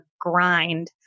grind